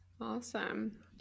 Awesome